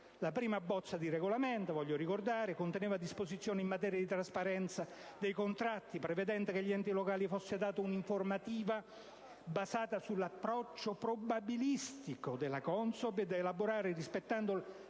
la prima bozza del regolamento conteneva disposizioni in materia di trasparenza dei contratti, prevedendo che agli enti locali fosse data un'informativa basata sull'approccio probabilistico della CONSOB e da elaborare rispettando